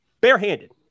barehanded